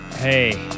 Hey